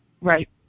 right